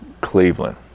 Cleveland